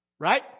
Right